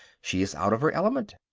she is out of her element,